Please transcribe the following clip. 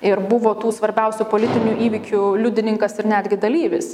ir buvo tų svarbiausių politinių įvykių liudininkas ir netgi dalyvis